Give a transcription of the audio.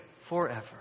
forever